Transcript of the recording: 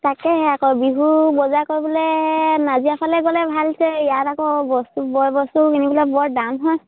তাকেহে আকৌ বিহু বজাৰ কৰিবলৈ নাজিৰাফালে গ'লে ভাল আছে ইয়াত আকৌ বস্তু বয় বস্তু কিনিবলৈ বৰ দাম হয়